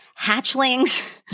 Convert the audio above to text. hatchlings